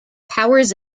powers